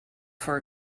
for